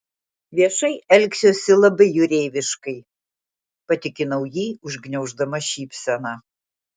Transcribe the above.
viešai elgsiuosi labai jūreiviškai patikinau jį užgniauždama šypseną